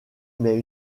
mais